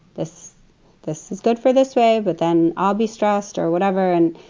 this this is good for this way, but then i'll be stressed or whatever and,